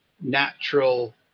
natural